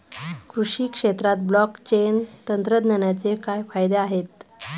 कृषी क्षेत्रात ब्लॉकचेन तंत्रज्ञानाचे काय फायदे आहेत?